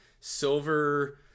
silver